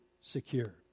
secure